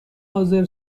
حاضر